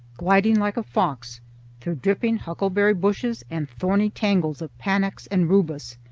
gliding like a fox through dripping huckleberry bushes and thorny tangles of panax and rubus,